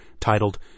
titled